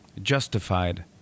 justified